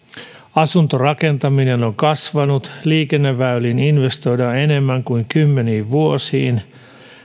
asuntorakentaminen on kasvanut liikenneväyliin investoidaan enemmän kuin kymmeniin vuosiin